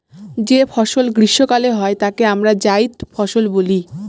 যে ফসল গ্রীস্মকালে হয় তাকে আমরা জাইদ ফসল বলি